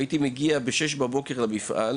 הייתי מגיע ב- 06:00 בבוקר למשרד